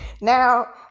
Now